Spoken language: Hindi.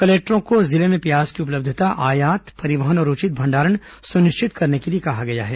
कलेक्टरों को जिले में प्याज की उपलब्यता आयात परिवहन और उचित भंडारण सुनिश्चित करने के लिए कहा गया है